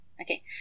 Okay